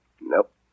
Nope